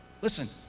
Listen